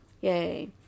Yay